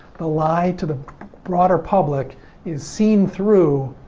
a lie to the broader public is seen through.